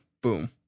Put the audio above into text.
Boom